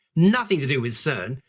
nothing to do with cern,